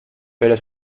pero